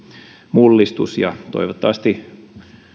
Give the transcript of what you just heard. mullistus ja toivottavasti